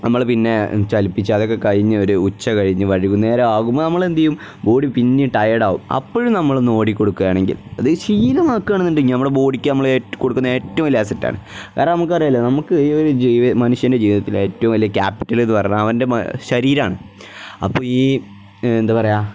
നമ്മൾ പിന്നെ ചലപ്പിച്ചു അതൊക്കെ കഴിഞ്ഞു ഒരു ഉച്ച കഴിഞ്ഞു വൈകുന്നേരം ആകുമ്പോൾ നമ്മൾ എന്തു ചെയ്യും ബോഡി പിന്നെ ടയർഡ ആവും അപ്പോഴും നമ്മൾ ഒന്ന് ഓടി കൊടുക്കുകയാണെങ്കിൽ അത് ശീലമാക്കുക ആണെന്നുണ്ടെങ്കിൽ നമ്മുടെ ബോഡിക്ക് നമ്മൾ കൊടുക്കുന്ന ഏറ്റവും വലിയ അസറ്റ് ആണ് കാരണം നമുക്ക് അറിയില്ല നമുക്ക് ഈ ഒരു മനുഷ്യൻ്റെ ജീവിതത്തിൽ ഏറ്റവും വലിയ ക്യാപിറ്റൽ എന്നു പറഞ്ഞാൽ അവൻ്റെ ശരീരമാണ് അപ്പം ഈ എന്താണ് പറയുക